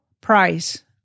price